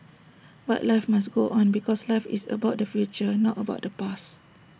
but life must go on because life is about the future not about the past